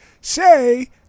Say